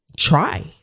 try